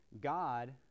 god